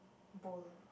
bowl